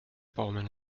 baumeln